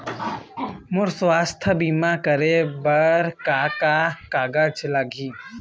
मोर स्वस्थ बीमा करे बर का का कागज लगही?